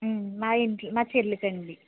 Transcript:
మా ఇంట్లో మా చెల్లికండి